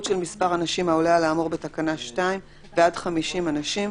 של מספר אנשים העולה על האמור בתקנה 2 ועד 50 אנשים,